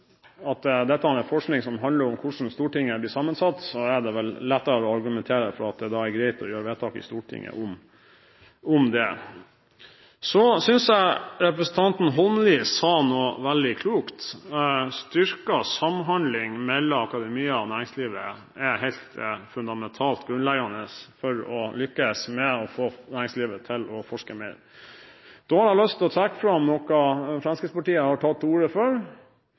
at dette er forskning om hvordan Stortinget er sammensatt, er det lettere å argumentere for at det er greit å gjøre vedtak i Stortinget om det. Jeg synes representanten Holmelid sa noe veldig klokt. Styrket samhandling mellom akademia og næringslivet er helt fundamentalt grunnleggende for å lykkes med å få næringslivet til å forske mer. Jeg har også lyst til å trekke fram noe Fremskrittspartiet har tatt til orde for,